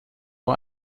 war